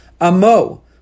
Amo